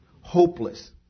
hopeless